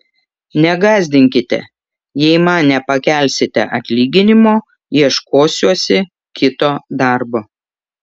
negąsdinkite jei man nepakelsite atlyginimo ieškosiuosi kito darbo